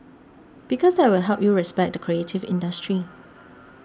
because that will help you respect the creative industry